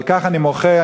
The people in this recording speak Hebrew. ועל כך אני מוחה,